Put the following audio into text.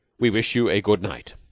we wish you a good night.